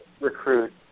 recruit